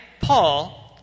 Paul